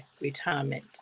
retirement